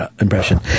impression